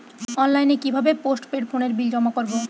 অনলাইনে কি ভাবে পোস্টপেড ফোনের বিল জমা করব?